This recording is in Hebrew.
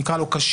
נקרא לו כשיר,